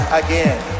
again